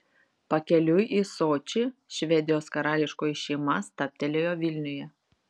pakeliui į sočį švedijos karališkoji šeima stabtelėjo vilniuje